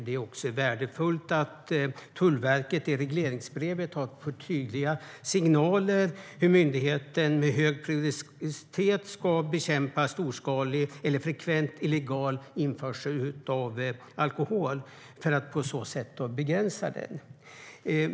Det är också värdefullt att Tullverket har fått tydliga signaler i regleringsbrevet om att myndigheten med hög prioritet ska bekämpa storskalig eller frekvent illegal införsel av alkohol för att på så sätt begränsa den.